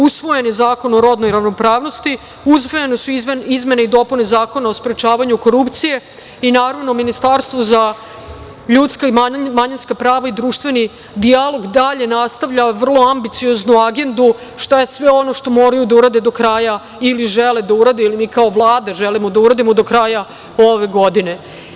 Usvojen je Zakon o rodnoj ravnopravnosti, usvojene su izmene i dopune Zakona o sprečavanju korupcije, i naravno, Ministarstvo za ljudska i manjinska prava i društveni dijalog, dalje nastavlja vrlo ambiciozno Agendu šta je sve ono što moraju da urade do kraja, ili žele da urade, ili mi kao Vlada želimo da uradimo do kraja ove godine.